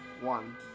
one